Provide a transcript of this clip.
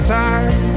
time